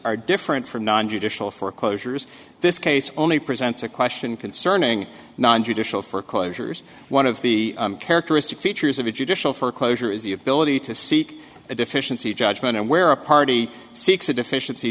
are different from non judicial foreclosures this case only presents a question concerning non judicial foreclosures one of the characteristic features of a judicial foreclosure is the ability to seek a deficiency judgment and where a party seeks a deficiency